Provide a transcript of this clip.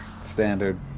standard